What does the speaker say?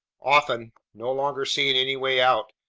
often, no longer seeing any way out,